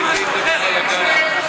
לא מקובל.